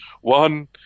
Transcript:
One